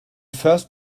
first